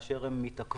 באשר הן מתעכבות,